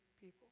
people